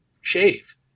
shave